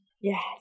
Yes